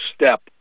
step